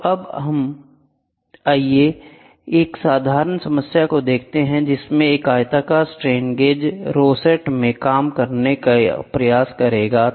तो अब आइए हम एक साधारण समस्या को देखते हैं जिसमें एक आयताकार स्ट्रेन गेज रोसेट में काम करने का प्रयास करेंगे